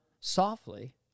softly